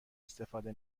استفاده